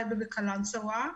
טייבה וקלנסווה,